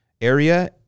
area